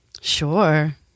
Sure